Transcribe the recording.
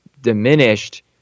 diminished